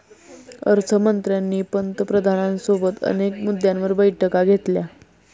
अर्थ मंत्र्यांनी पंतप्रधानांसोबत अनेक मुद्द्यांवर बैठका घेतल्या